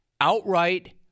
outright